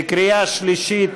בקריאה שלישית: